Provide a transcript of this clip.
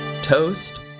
Toast